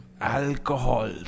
alcohol